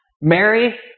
Mary